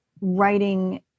writing